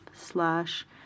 slash